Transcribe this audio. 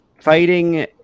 Fighting